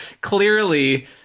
clearly